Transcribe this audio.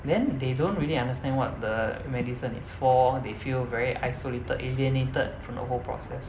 then they don't really understand what the medicine is for they feel very isolated alienated from the whole process